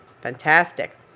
Fantastic